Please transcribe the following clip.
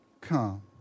come